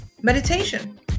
meditation